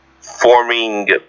forming